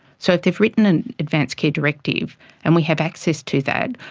so if they've written an advance care directive and we have access to that,